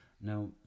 Now